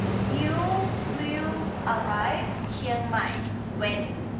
you will arrive chiangmai when?